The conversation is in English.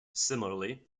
similarly